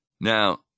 Now